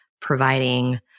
providing